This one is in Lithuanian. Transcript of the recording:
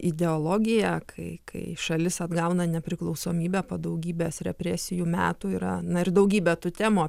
ideologija kai kai šalis atgauna nepriklausomybę po daugybės represijų metų yra na ir daugybė tų temų